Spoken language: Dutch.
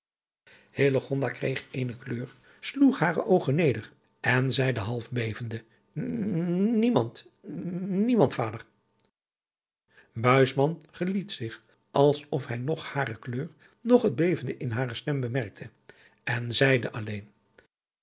kreeg eene kleur sloeg hare oogen neder en zeide half bevende nie mand nie mand vader buisman geliet zich als of hij noch hare kleur noch het bevende in hare stem bemerkte en zeide alleen